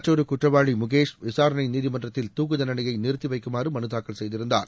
மற்றொரு குற்றவாளி முகேஷ் விசாரணை நீதிமன்றத்தில் துக்குத் தண்டனையை நிறுத்தி வைக்குமாறு மனு தாக்கல் செய்திருந்தார்